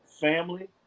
family